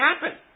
happen